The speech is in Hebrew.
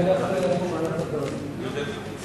איפה עומד התיקון לחוק,